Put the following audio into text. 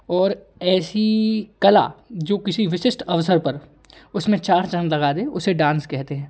और ऐसी कला जो किसी विशिष्ट अवसर पर उसमें चार चांद लगा दे उसे डांस कहते हैं